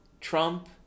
Trump